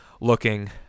looking